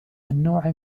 النوع